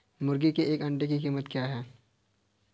मुर्गी के एक अंडे की कीमत क्या है?